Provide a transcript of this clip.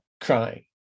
crying